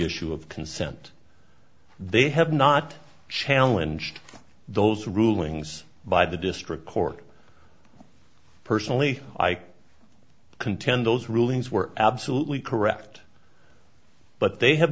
issue of consent they have not challenge those rulings by the district court personally i contend those rulings were absolutely correct but they have